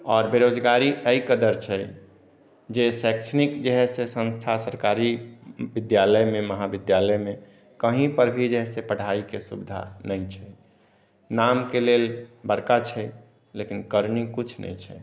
आओर बेरोजगारी एहि कदर छै जे शैक्षणिक जे है संस्था सरकारी विद्यालय मे महा विद्यालय मे कही पर भी जे है से पढ़ाई के सुविधा नहि छै नाम के लेल बड़का छै लेकिन करनी कुछ नहि छै